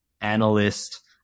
analyst